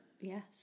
Yes